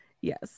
yes